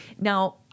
Now